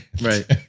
right